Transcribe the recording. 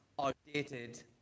outdated